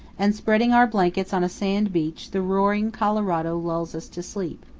and spreading our blankets on a sand beach the roaring colorado lulls us to sleep.